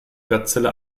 gazelle